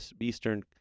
Eastern